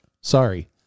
Sorry